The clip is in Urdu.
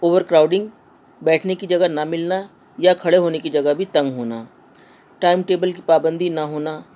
اوور کراؤڈنگ بیٹھنے کی جگہ نہ ملنا یا کھڑے ہونے کی جگہ بھی تنگ ہونا ٹائم ٹیبل کی پابندی نہ ہونا